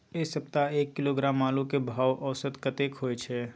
ऐ सप्ताह एक किलोग्राम आलू के भाव औसत कतेक होय छै?